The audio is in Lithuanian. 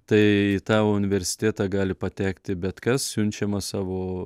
tai į tą universitėtą gali patekti bet kas siunčiamas savo